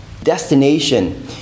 destination